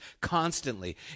constantly